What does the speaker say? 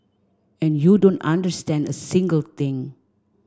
and you don't understand a single thing